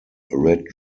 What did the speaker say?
red